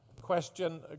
Question